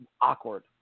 awkward